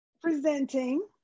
presenting